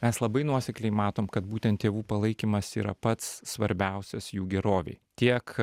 mes labai nuosekliai matom kad būtent tėvų palaikymas yra pats svarbiausias jų gerovei tiek